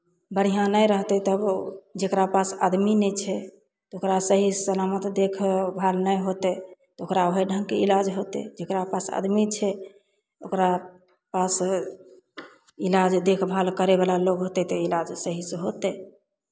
बढ़िआँ नहि रहतै तब ओ जकरा पास आदमी नहि छै तऽ ओकरा सही सलामत देखभाल नहि होतै तऽ ओकरा ओहि ढङ्गके इलाज होतै जकरा पास आदमी छै ओकरा पास इलाज देखभाल करयवला लोक होतै तऽ इलाज सहीसँ होतै